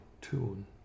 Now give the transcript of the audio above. tune